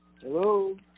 Hello